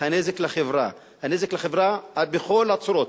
הנזק לחברה בכל הצורות,